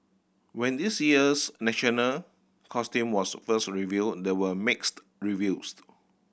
when this year's national costume was first revealed and there were mixed reviews